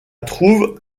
trouve